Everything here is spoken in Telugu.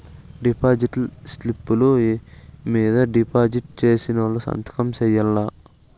డిపాజిట్ స్లిప్పులు మీద డిపాజిట్ సేసినోళ్లు సంతకం సేయాల్ల